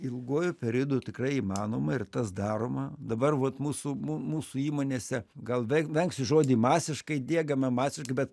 ilguoju periodu tikrai įmanoma ir tas daroma dabar vat mūsų m mūsų įmonėse gal veng vengsiu žodį masiškai diegiama masiškai bet